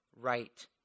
right